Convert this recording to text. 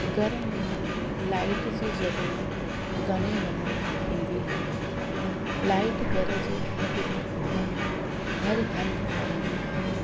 घर में लाइट जी ज़रूरत घणे नमूने थींदी आहे लाइट घर जे हर हिकु कुंड में हर हंधि पवंदी आहे